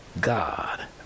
God